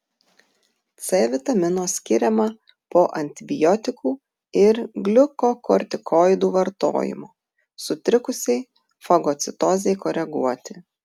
c vitamino skiriama po antibiotikų ir gliukokortikoidų vartojimo sutrikusiai fagocitozei koreguoti